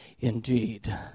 indeed